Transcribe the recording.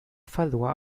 verlor